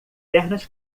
pernas